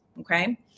Okay